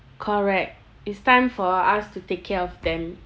correct it's time for us to take care of them